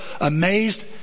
amazed